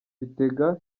bitega